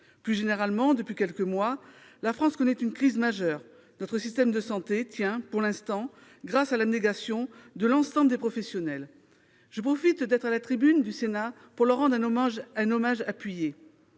Plus généralement, depuis quelques mois, la France connaît une crise majeure. Notre système de santé tient, pour l'instant, grâce à l'abnégation de l'ensemble des professionnels. Je profite de ma présence à la tribune du Sénat pour leur rendre un hommage appuyé.